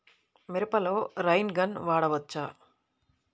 మిరపలో rain gun వాడవచ్చా?